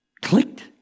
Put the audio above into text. clicked